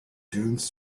dunes